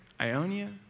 Ionia